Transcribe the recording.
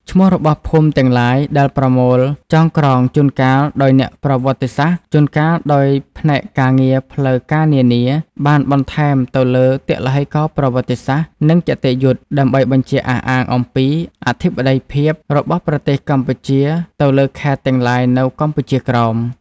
ឈ្មោះរបស់ភូមិទាំងឡាយដែលប្រមូលចង ក្រង ជួនកាលដោយអ្នកប្រវត្តិសាស្ត្រ ជួនកាលដោយផ្នែកការងារផ្លូវការនានា បានបន្ថែមទៅលើទឡឹករណ៍ប្រវត្តិសាស្ត្រ និងគតិយុត្តិ ដើម្បីបញ្ជាក់អះអាងអំពី អធិបតីភាពរបស់ប្រទេសកម្ពុជាទៅលើខេត្តទាំងឡាយនៅកម្ពុជាក្រោម ។